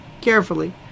carefully